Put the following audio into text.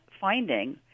finding